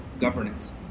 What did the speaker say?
governance